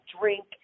drink